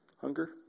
hunger